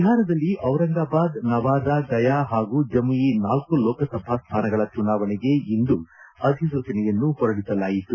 ಬಿಹಾರದಲ್ಲಿ ದಿರಂಗಾಬಾದ್ ನವಾದಾ ಗಯಾ ಹಾಗೂ ಜಮುಯಿ ನಾಲ್ಲು ಲೋಕಸಭಾ ಸ್ವಾನಗಳ ಚುನಾವಣೆಗೆ ಇಂದು ಅಧಿಸೂಚನೆಯನ್ನು ಹೊರಡಿಸಲಾಯಿತು